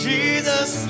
Jesus